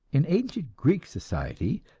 in ancient greek society,